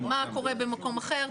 מה קורה במקום אחר.